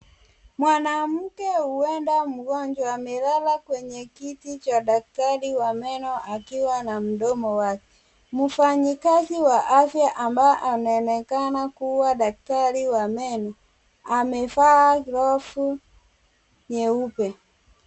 Mwanamke huenda mgonjwa, amelala kwenye kiti cha daktari wa meno akiwa na mdomo wake. Mfanyikazi wa afya ambaye anaonekana kuwa daktari wa meno, amevaa glovu nyeupe.